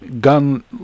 gun